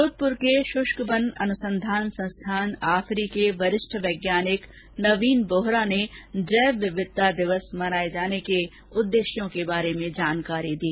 जोधपुर के शुष्क वन अनुसंधान संस्थान आफरी के वरिष्ठ वैज्ञानिक नवीन बोहरा ने जैव विविधता दिवस मनाने के उद्देश्यों के बारे में जानकारी दी